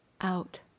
out